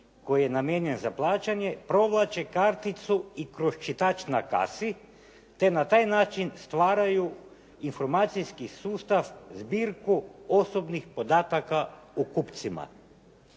koji je namijenjen za plaćanje provlači karticu i kroz čitač na kasi te na taj način stvaraju informacijski sustav, zbirku osobnih podataka o kupcima.